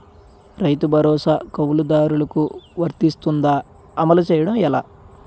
రైతు భరోసా కవులుదారులకు వర్తిస్తుందా? అమలు చేయడం ఎలా